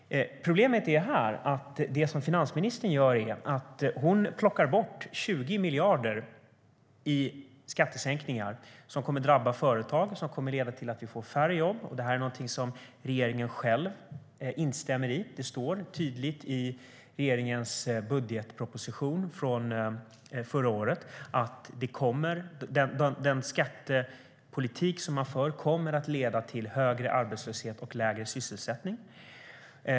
Problemet är att det som finansministern gör är att hon plockar bort 20 miljarder i skattesänkningar som kommer att drabba företag och som kommer att leda till att vi får färre jobb. Detta är någonting som regeringen själv instämmer i. Det står tydligt i regeringens budgetproposition från förra året att den skattepolitik som regeringen för kommer att leda till högre arbetslöshet och lägre sysselsättning.